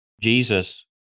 Jesus